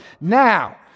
now